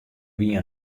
wie